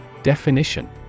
Definition